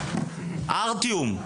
ארטיום דולגופיאט,